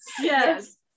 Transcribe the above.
Yes